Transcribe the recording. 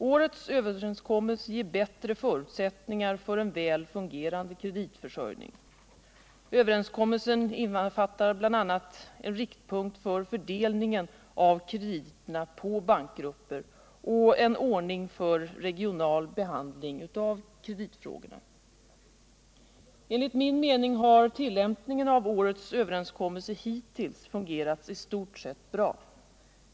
Årets överenskommelse ger bättre förutsättningar för en väl fungerande kreditförsörjning. Överenskommelsen innefattar bl.a. en riktpunkt för fördelningen av krediterna på bankgrupper och en ordning för regional behandling av kreditfrågorna. Enligt min mening har tillämpningen av årets överenskommelse hittills fungerat i stort sett bra.